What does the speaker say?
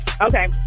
Okay